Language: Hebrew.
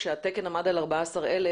כשהתקן עמד על 14,000,